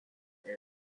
area